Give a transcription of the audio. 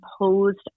imposed